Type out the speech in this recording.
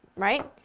right?